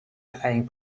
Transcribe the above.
playing